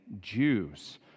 Jews